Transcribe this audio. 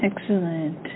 Excellent